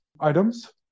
items